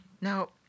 Now